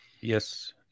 Yes